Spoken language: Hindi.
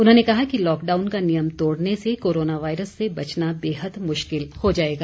उन्होंने कहा लॉकडाउन का नियम तोड़ने से कोरोना वायरस से बचना बेहद मुश्किल हो जाएगा